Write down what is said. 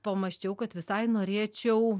pamąsčiau kad visai norėčiau